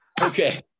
okay